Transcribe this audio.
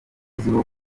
izwiho